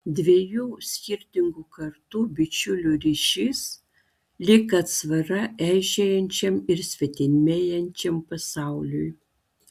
dviejų skirtingų kartų bičiulių ryšys lyg atsvara eižėjančiam ir svetimėjančiam pasauliui